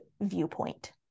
viewpoint